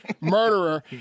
murderer